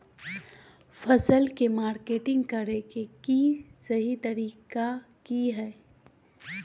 फसल के मार्केटिंग करें कि सही तरीका की हय?